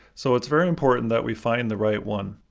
so it's very important that we find the right one.